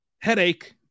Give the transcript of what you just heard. headache